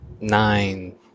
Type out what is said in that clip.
nine